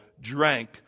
drank